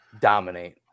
dominate